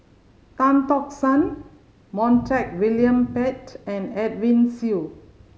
Tan Tock San Montague William Pett and Edwin Siew